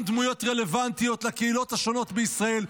גם דמויות רלוונטיות לקהילות השונות בישראל,